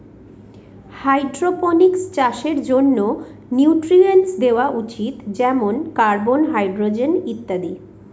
hydroponics চাষের জন্য nutrients দেওয়া উচিত যেমন কার্বন, হাইড্রজেন ইত্যাদি